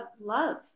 love